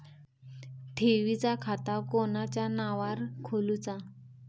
ठेवीचा खाता कोणाच्या नावार खोलूचा?